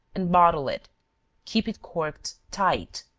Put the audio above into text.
and bottle it keep it corked tight.